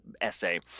essay